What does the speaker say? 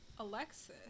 Alexis